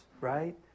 right